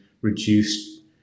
reduced